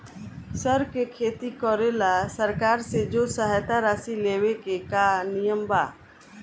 सर के खेती करेला सरकार से जो सहायता राशि लेवे के का नियम बा?